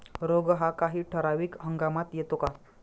रोग हा काही ठराविक हंगामात येतो का?